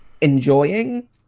enjoying